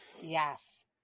Yes